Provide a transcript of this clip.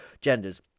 genders